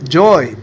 joy